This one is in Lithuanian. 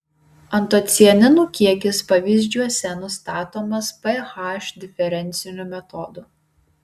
antocianinų kiekis pavyzdžiuose nustatomas ph diferenciniu metodu